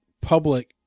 public